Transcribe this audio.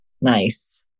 Nice